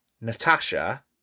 Natasha